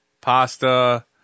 pasta